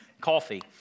coffee